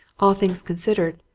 all things considered,